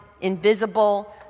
invisible